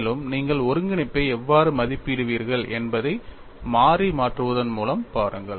மேலும் நீங்கள் ஒருங்கிணைப்பை எவ்வாறு மதிப்பிடுவீர்கள் என்பதை மாறி மாற்றுவதன் மூலம் பாருங்கள்